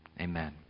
Amen